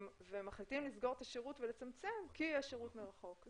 ומחליטים לסגור את השירות ולצמצם כי יש שירות מרחוק.